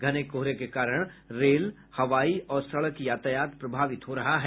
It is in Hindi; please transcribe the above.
घने कोहरे के कारण रेल हवाई और सड़क यातायात प्रभावित हो रहा है